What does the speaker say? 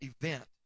event